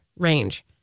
range